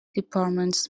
departments